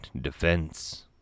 Defense